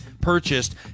purchased